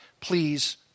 please